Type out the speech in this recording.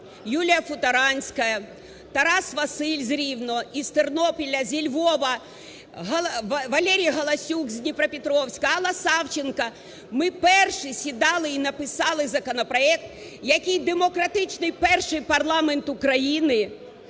Юлія Футорянська, Тарас Василь з Рівного, з Тернополя, зі Львова, Валерій Галасюк з Дніпропетровська, Алла Савченко – ми перші сідали і написали законопроект, який демократичний перший парламент України